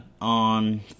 on